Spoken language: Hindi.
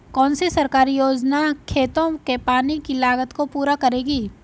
कौन सी सरकारी योजना खेतों के पानी की लागत को पूरा करेगी?